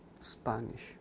Spanish